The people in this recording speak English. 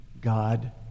God